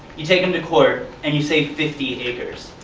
you take him to court and you say fifty acres.